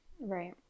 Right